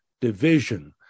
division